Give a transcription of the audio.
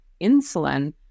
insulin